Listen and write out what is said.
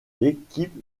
l’équipe